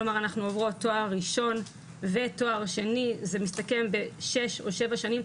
כלומר אנחנו עוברות תואר ראשון ותואר שני זה מסתכם בשש או שבע שנים,